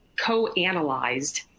co-analyzed